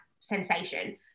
sensation